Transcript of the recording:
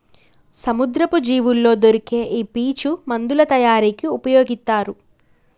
సముద్రపు జీవుల్లో దొరికే ఈ పీచు మందుల తయారీకి ఉపయొగితారు